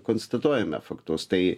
konstatuojame faktus tai